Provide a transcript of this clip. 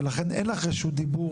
ולכן אין לך רשות דיבור